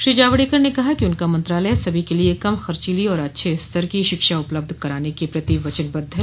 श्री जावड़ेकर ने कहा कि उनका मंत्रालय सभी के लिए कम खर्चीली और अच्छे स्तर की शिक्षा उपलब्ध कराने के प्रति वचनबद्ध है